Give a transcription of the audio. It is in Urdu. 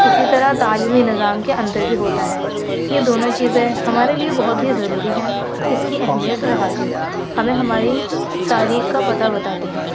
اسی طرح تعلیمی نظام کے اندر بھی ہوتا ہے یہ دونوں چیزیں ہمارے لیے بہت ہی ضروری ہیں اس کی اہمیت و افادیت ہمیں ہماری تاریخ کا پتہ بتاتی ہیں